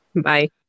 Bye